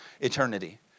eternity